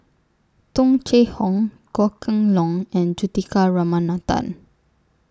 Tung Chye Hong Goh Kheng Long and Juthika Ramanathan